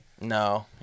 No